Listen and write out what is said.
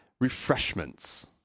refreshments